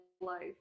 life